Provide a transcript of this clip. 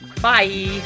bye